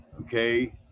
Okay